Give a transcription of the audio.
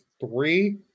Three